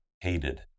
hated